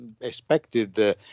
expected